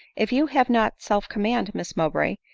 if you have not self-command, miss mowbray,